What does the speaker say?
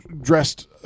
dressed